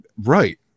right